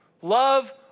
love